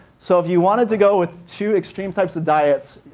so if you wanted to go with two extreme types of diets